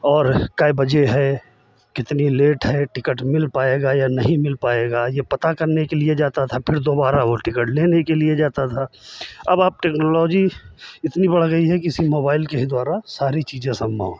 और कै बजे है कितनी लेट है टिकट मिल पाएगा या नहीं मिल पाएगा ये पता करने के लिए जाता था फिर दोबारा वो टिकट लेने के लिए जाता था अब आप टेक्नोलॉजी इतनी बढ़ गई है कि इसी मोबाइल के ही द्वारा सारी चीज़ें संभव हैं